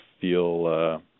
feel